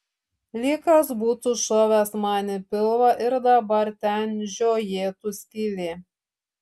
lyg kas būtų šovęs man į pilvą ir dabar ten žiojėtų skylė